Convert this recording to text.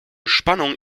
spannung